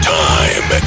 time